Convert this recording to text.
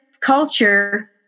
culture